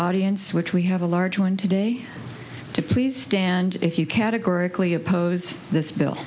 audience which we have a large one today to please stand if you categorically oppose this bill